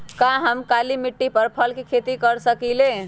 का हम काली मिट्टी पर फल के खेती कर सकिले?